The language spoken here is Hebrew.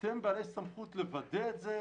האם אתם בעלי סמכות לוודא את זה?